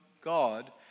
God